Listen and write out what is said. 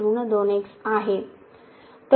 तर ऋण x आणि हा 0 होईल